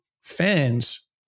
fans